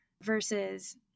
versus